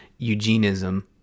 Eugenism